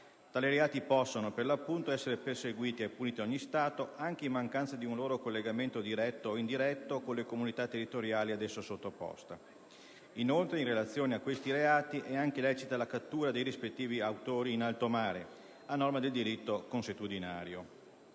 Tali reati possono, per l'appunto, essere perseguiti e puniti da ogni Stato, anche in mancanza di un loro collegamento diretto o indiretto con la comunità territoriale ad esso sottoposta. Inoltre, in relazione a questi reati, è anche lecita la cattura dei rispettivi autori in alto mare, a norma del diritto consuetudinario.